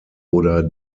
oder